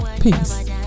Peace